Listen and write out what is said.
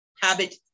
habit